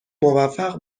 موفق